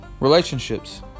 Relationships